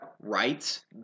rights